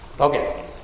Okay